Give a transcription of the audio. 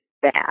Bad